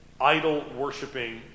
idol-worshiping